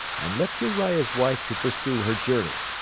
and left uriah's wife to pursue her journey.